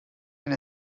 and